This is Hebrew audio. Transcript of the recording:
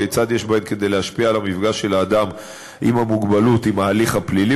כיצד יש בהן כדי להשפיע על המפגש של האדם עם המוגבלות עם ההליך הפלילי,